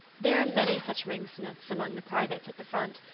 there are many such ringsmiths among the privates at the front,